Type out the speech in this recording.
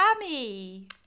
sammy